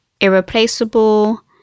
Irreplaceable